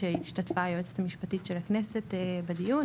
כשהיועצת המשפטית של הכנסת השתתפה בדיון,